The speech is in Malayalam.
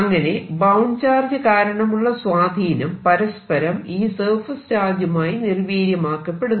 അങ്ങനെ ബൌണ്ട് ചാർജ് കാരണമുള്ള സ്വാധീനം പരസ്പരം ഈ സർഫേസ് ചാർജുമായി നിർവീര്യമാക്കപ്പെടുന്നു